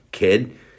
Kid